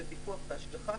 בפיקוח והשגחה,